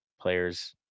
players